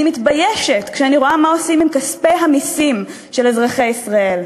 אני מתביישת כשאני רואה מה עושים עם כספי המסים של אזרחי ישראל.